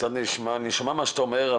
קצת נשמע הגיוני מה שאתה אומר,